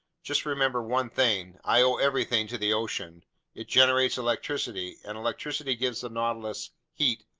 just remember one thing i owe everything to the ocean it generates electricity, and electricity gives the nautilus heat,